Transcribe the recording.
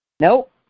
Nope